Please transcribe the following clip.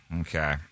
Okay